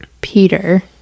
Peter